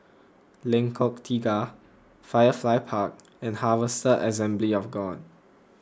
Lengkok Tiga Firefly Park and Harvester Assembly of God